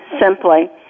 simply